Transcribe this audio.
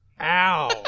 Ow